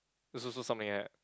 is also something like that